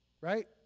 right